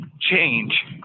change